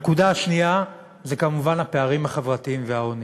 הנקודה השנייה זה כמובן הפערים החברתיים והעוני.